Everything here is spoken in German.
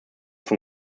von